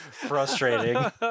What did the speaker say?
frustrating